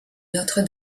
notre